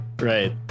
Right